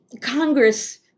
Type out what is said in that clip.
Congress